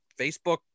Facebook